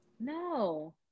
No